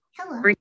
Hello